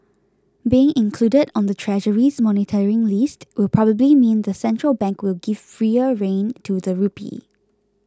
being included on the Treasury's monitoring list will probably mean the central bank will give freer rein to the rupee